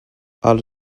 els